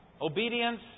obedience